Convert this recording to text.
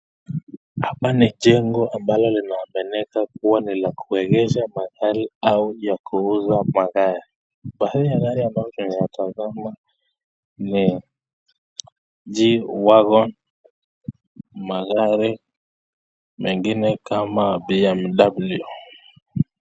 hapa nijengo ambalo kuwa nilakuegeza magari au ya kuuza magari, kwa ile gari ambayo ukiyatazama ni g wagon, magari mengine ni kama bmw.